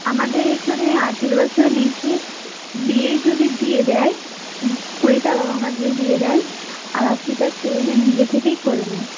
আমাদের এইখানে আঠেরো বছরের নিচে বিয়ে যদি দিয়ে দেয় কুড়িটা বাবা মা যদি দিয়ে দেয় আর আশিটা ছেলে মেয়ে নিজে থেকেই করে নেয়